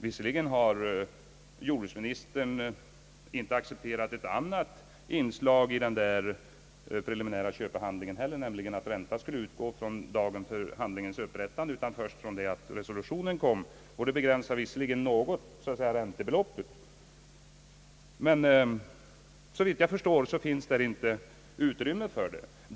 Visserligen har jordbruksministern inte accepterat ett annat inslag i den preliminära köpehandlingen = heller, nämligen att ränta inte skulle utgå från dagen för handlingens upprättande utan först från det att resolutionen kom. Detta innebär visserligen att räntebeloppet begränsas, men det ger såvitt jag förstår inte utrymme för gottgörelse åt markägarna för ombudskostnader.